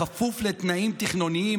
בכפוף לתנאים תכנוניים,